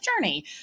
journey